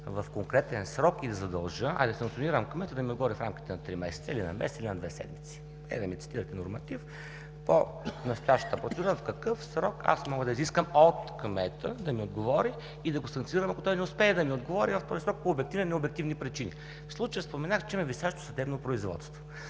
в конкретен срок, да задължа, а и да санкционирам кмета да ми отговори в рамките на три месеца, на месец или на две седмици? Да ми цитирате норматив по настоящата номенклатура в какъв срок аз мога да изискам от кмета да ми отговори и да го санкционирам, ако той не успее да ми отговори в срок по обективни или необективни причини. Споменах, че в случая има висящо съдебно производство.